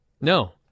No